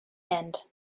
end